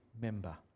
member